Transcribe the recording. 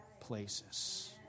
places